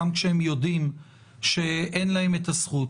גם כשהם יודעים שאין להם את הזכות,